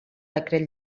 decret